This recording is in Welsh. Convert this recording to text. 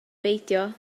beidio